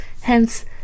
Hence